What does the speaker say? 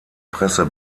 presse